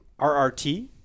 rrt